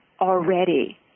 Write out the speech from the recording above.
already